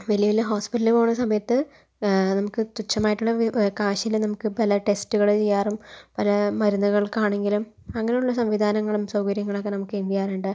വലിയ വലിയ ഹോസ്പിറ്റലിൽ പോകുന്ന സമയത്ത് നമുക്ക് തുച്ഛമായിട്ടുള്ള കാശില് നമുക്ക് പല ടെസ്റ്റുകൾ ചെയ്യാറും പല മരുന്നുകൾക്ക് ആണെങ്കിലും അങ്ങനുള്ള സംവിധാങ്ങളും സൗകര്യങ്ങളൊക്കെ നമുക്ക്